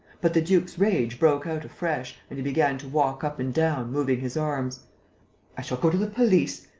but the duke's rage broke out afresh and he began to walk up and down, moving his arms i shall go to the police.